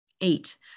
Eight